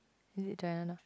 is it Joanna